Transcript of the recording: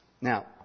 Now